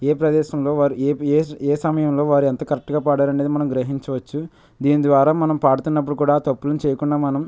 ఏ ప్రదేశంలో వారు ఏ ఏ ఏ సమయంలో వారు ఎంత కరెక్ట్గా పాడారు అనేది మనం గ్రహించవచ్చు దీని ద్వారా మనం పాడుతున్నప్పుడు కూడా తప్పులని చేయకుండా మనం